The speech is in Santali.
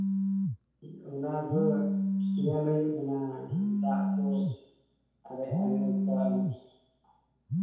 ᱚᱱᱟ ᱫᱚ ᱧᱮᱞ ᱦᱩᱭᱩᱜ ᱠᱟᱱᱟ ᱫᱟᱜ ᱠᱚ ᱟᱨᱮᱡᱟᱜ ᱦᱩᱭᱩᱜᱼᱟ ᱪᱮᱠᱟᱣᱟᱜ ᱦᱩᱭᱩᱜᱼᱟ